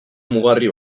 mugarri